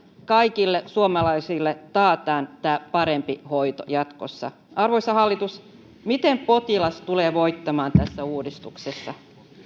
kaikille suomalaisille taataan tämä parempi hoito jatkossa arvoisa hallitus miten potilas tulee voittamaan tässä uudistuksessa